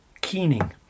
Keening